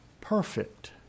perfect